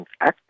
Act